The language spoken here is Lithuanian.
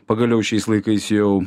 pagaliau šiais laikais jau